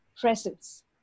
Presence